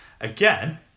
Again